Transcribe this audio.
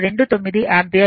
29 ampere